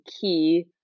key